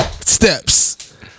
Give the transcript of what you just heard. steps